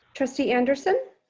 trustee anderson.